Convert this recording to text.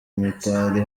mitali